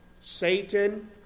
Satan